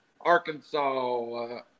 Arkansas